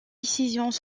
décisions